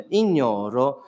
ignoro